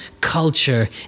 culture